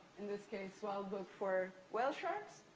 in this case, wildbook for whale sharks.